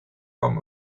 kwam